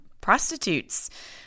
prostitutes